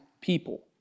people